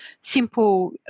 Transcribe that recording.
simple